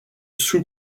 sous